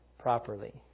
properly